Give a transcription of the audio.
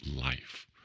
life